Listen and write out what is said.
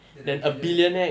than a billionaire